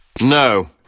No